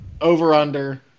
over-under